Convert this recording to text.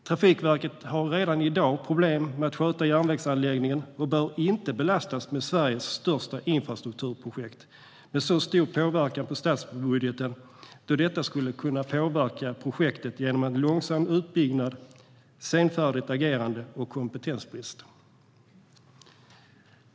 Trafikverket har redan i dag problem att sköta järnvägsanläggningen och bör inte belastas med Sveriges största infrastrukturprojekt, med stor påverkan på statsbudgeten, då detta skulle kunna påverka projektet genom långsam utbyggnad, senfärdigt agerande och kompetensbrist.